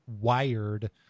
wired